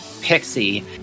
pixie